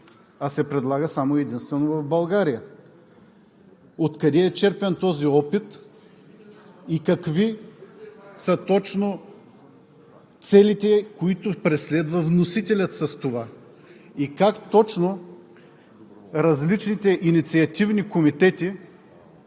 а се предлага само и единствено в България. Откъде е черпен този опит и какви са точно целите, които преследва вносителят с това? И как точно различните инициативни комитети